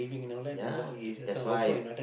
ya that's why